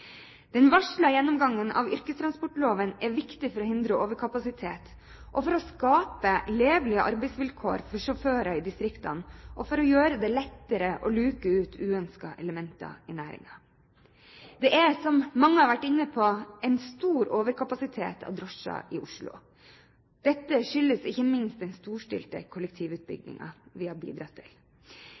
Den varslede gjennomgangen av yrkestransportloven er viktig for å hindre overkapasitet, for å skape levelige arbeidsvilkår for sjåfører i distriktene og for å gjøre det lettere å luke ut uønskede elementer i næringen. Det er, som mange har vært inne på, en stor overkapasitet av drosjer i Oslo. Dette skyldes ikke minst den storstilte kollektivutbyggingen vi har bidratt til.